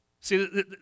See